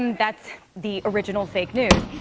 um that's the original fake news.